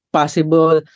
possible